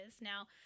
Now